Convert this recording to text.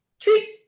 treat